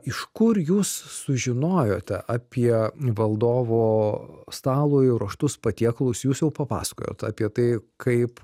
iš kur jūs sužinojote apie valdovo stalui ruoštus patiekalus jūs jau papasakojot apie tai kaip